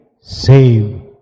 save